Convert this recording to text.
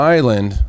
Island